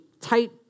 tight